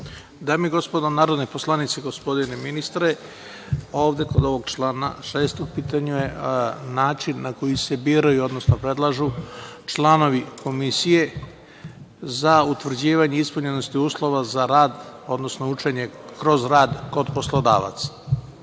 Dame i gospodo narodni poslanici, gospodine ministre, ovde kod ovog člana 6. u pitanju je način na koji se biraju, odnosno predlažu članovi komisije za utvrđivanje ispunjenosti uslova za rad, odnosno za učenje kroz rad kod poslodavca. Sada,